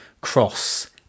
cross